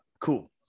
cool